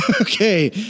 Okay